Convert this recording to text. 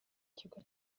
ikigo